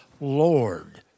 Lord